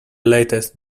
lastest